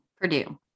Purdue